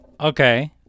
Okay